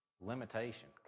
limitation